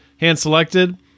hand-selected